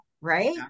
right